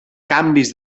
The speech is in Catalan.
canvis